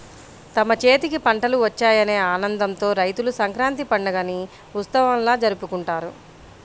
తమ చేతికి పంటలు వచ్చాయనే ఆనందంతో రైతులు సంక్రాంతి పండుగని ఉత్సవంలా జరుపుకుంటారు